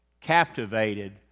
captivated